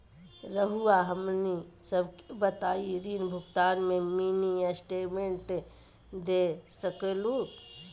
रहुआ हमनी सबके बताइं ऋण भुगतान में मिनी स्टेटमेंट दे सकेलू?